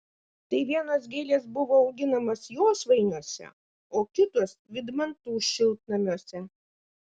tai vienos gėlės buvo auginamos josvainiuose o kitos vydmantų šiltnamiuose